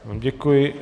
Děkuji.